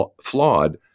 flawed